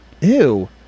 Ew